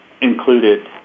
included